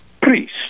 priest